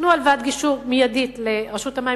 תנו הלוואת גישור מיידית לרשות המים,